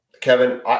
Kevin